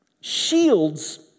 shields